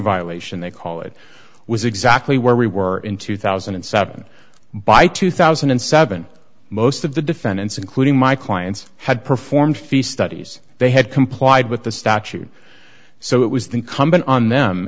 violation they call it was exactly where we were in two thousand and seven by two thousand and seven most of the defendants including my clients had performed fee studies they had complied with the statute so it was the incumbent on them